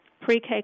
pre-K